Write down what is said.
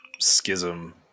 schism